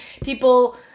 People